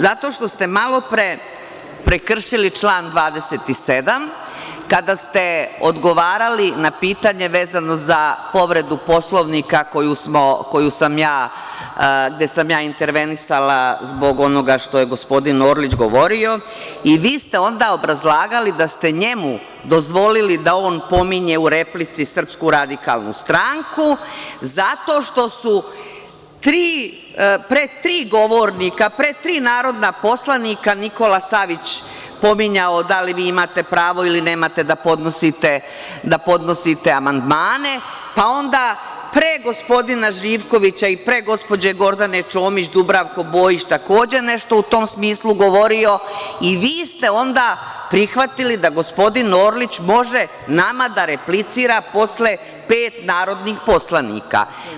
Zato što ste malopre prekršili član 27. kada ste odgovarali na pitanje vezano za povredu Poslovnika, gde sam ja intervenisala zbog onoga što je gospodin Orlić govorio, i vi ste onda obrazlagali da ste njemu dozvolili da on pominje u replici SRS zato što su pre tri govornika, pre tri narodna poslanika, Nikola Savić pominjao da li imate pravo ili nemate da podnosite amandmane, pa onda pre gospodina Živkovića i pre gospođe Gordana Čomić, Dubravko Bojić takođe je nešto u tom smislu govorio i vi ste onda prihvatili da gospodin Orlić može nama da replicira posle pet narodnih poslanika.